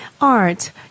Art